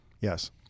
Yes